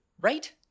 right